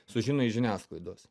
sužino iš žiniasklaidos